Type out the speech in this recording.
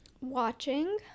watching